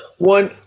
one